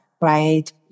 right